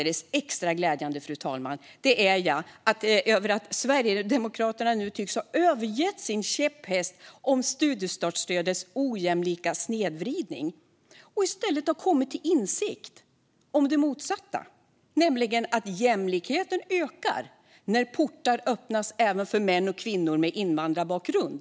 Allra extra glädjande är det att Sverigedemokraterna nu tycks ha övergett sin käpphäst om studiestartsstödets ojämlika snedvridning och i stället har kommit till insikt om det motsatta, nämligen att jämlikheten ökar när portar öppnas även för män och kvinnor med invandrarbakgrund.